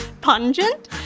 pungent